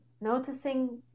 noticing